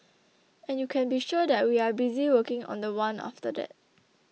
and you can be sure that we are busy working on the one after that